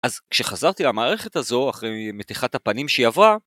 אז כשחזרתי למערכת הזו אחרי מתיחת הפנים שהיא עברה...